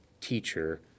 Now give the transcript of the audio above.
teacher